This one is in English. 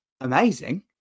amazing